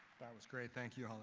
that was great, thank you,